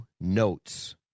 notes